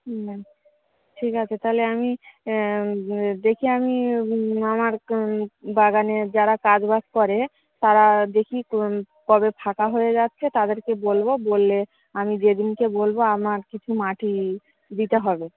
বুঝলাম ঠিক আছে তাহলে আমি দেখি আমি আমার বাগানে যারা কাজ বাজ করে তারা দেখি কবে ফাঁকা হয়ে যাচ্ছে তাদেরকে বলব বললে আমি যেদিনকে বলব আমার কিছু মাটি দিতে হবে